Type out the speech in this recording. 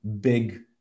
big